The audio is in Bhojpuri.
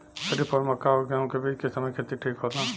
खरीफ और मक्का और गेंहू के बीच के समय खेती ठीक होला?